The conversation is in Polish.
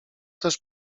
też